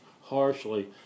harshly